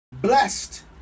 blessed